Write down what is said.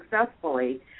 successfully